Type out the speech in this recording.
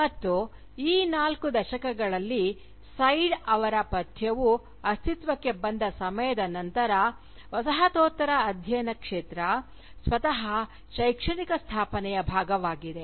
ಮತ್ತು ಈ ನಾಲ್ಕು ದಶಕಗಳಲ್ಲಿ ಸೈಡ್ ಅವರ ಪಠ್ಯವು ಅಸ್ತಿತ್ವಕ್ಕೆ ಬಂದ ಸಮಯದ ನಂತರ ವಸಾಹತೋತ್ತರ ಅಧ್ಯಯನ ಕ್ಷೇತ್ರ ಸ್ವತಃ ಶೈಕ್ಷಣಿಕ ಸ್ಥಾಪನೆಯ ಭಾಗವಾಗಿದೆ